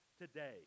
today